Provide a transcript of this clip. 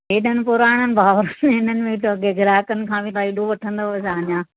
एड़नि पुराणनि भाव हिननि में त ग्राहकनि खां बि तव्हां एड़ो वठंदव छा अञा